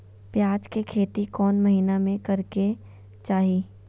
प्याज के खेती कौन महीना में करेके चाही?